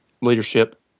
leadership